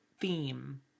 theme